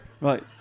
Right